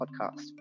podcast